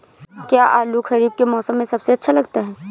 क्या आलू खरीफ के मौसम में सबसे अच्छा उगता है?